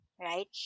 right